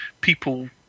people